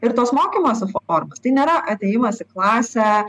ir tos mokymosi formos tai nėra atėjimas į klasę